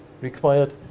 required